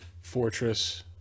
Fortress